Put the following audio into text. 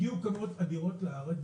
הגיעו כמויות אדירות לארץ,